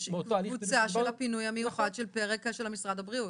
קבוצה של הפינוי המיוחד של הפרק של משרד הבריאות.